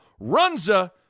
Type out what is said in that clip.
Runza